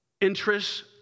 interests